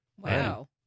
Wow